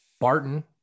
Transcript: barton